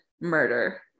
murder